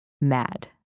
mad